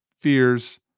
fears